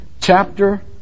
chapter